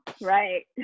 right